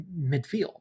midfield